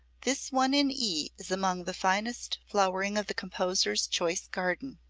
this one in e is among the finest flowering of the composer's choice garden.